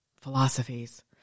philosophies